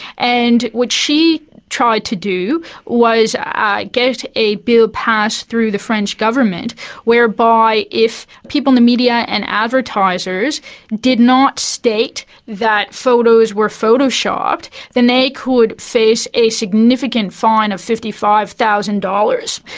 and what she tried to do was ah get a bill passed through the french government whereby if people in the media and advertisers did not state that photos were photoshopped, then they could face a significant fine of fifty five thousand dollars.